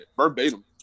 Verbatim